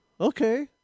okay